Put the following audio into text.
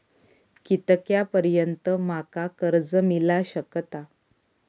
कितक्या पर्यंत माका कर्ज मिला शकता?